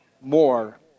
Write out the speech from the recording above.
more